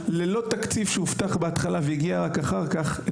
ללא תקציב שהובטח בהתחלה והגיע רק אחר כך,